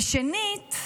ושנית,